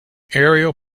aerial